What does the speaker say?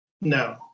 no